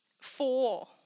Four